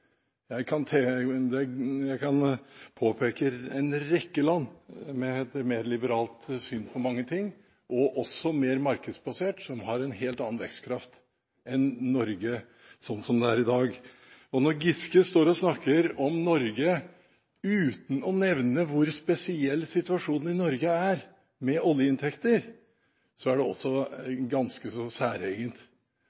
Jeg kan peke på en rekke land med et mer liberalt – og også mer markedsbasert – syn på mange ting, som har en helt annen vekstkraft enn Norge sånn som det er i dag. Når Giske står og snakker om Norge uten å nevne hvor spesiell situasjonen i Norge er, med oljeinntekter, er det også